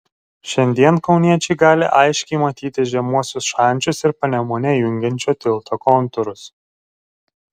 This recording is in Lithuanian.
šiandien kauniečiai gali aiškiai matyti žemuosius šančius ir panemunę jungiančio tilto kontūrus